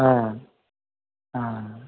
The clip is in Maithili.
हँ हँ